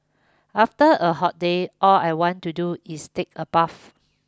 after a hot day all I want to do is take a bath